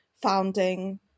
Founding